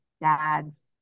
dads